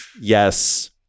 Yes